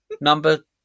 Number